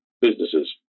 businesses